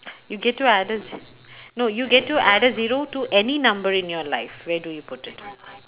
you get to add a ze~ no you get to add a zero to any number in your life where do you put it